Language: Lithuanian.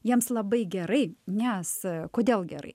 jiems labai gerai nes kodėl gerai